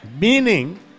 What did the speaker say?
Meaning